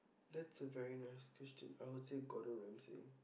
that's a very nice question I would say Gordon-Ramsey